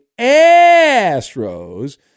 Astros